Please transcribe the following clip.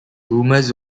rumors